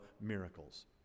miracles